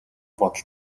бодол